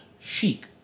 chic